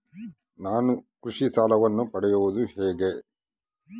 ನಾನು ಕೃಷಿ ಸಾಲವನ್ನು ಪಡೆಯೋದು ಹೇಗೆ?